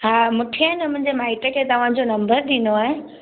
हा मूंखे आहे न मुंहिंजे माइट खे तव्हांजो नंबर ॾिनो आहे